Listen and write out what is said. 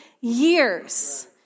years